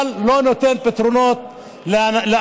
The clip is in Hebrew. אבל לא נותן פתרונות לאנשים.